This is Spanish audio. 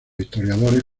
historiadores